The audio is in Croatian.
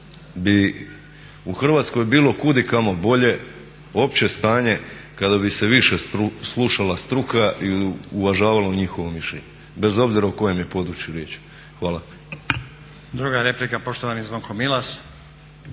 bi u Hrvatskoj bilo kudikamo bolje opće stanje kada bi se više slušala struka i uvažavalo njihovo mišljenje bez obzira o kojem je području riječ. Hvala. **Stazić, Nenad (SDP)** Druga replika poštovani Zvonko Milas.